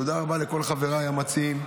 תודה רבה לכל חבריי המציעים,